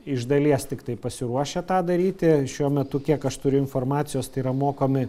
iš dalies tiktai pasiruošę tą daryti šiuo metu kiek aš turiu informacijos tai yra mokomi